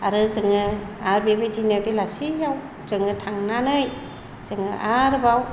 आरो जोङो आरो बेबायदिनो बेलासियाव जोङो थांनानै जोङो आरोबाव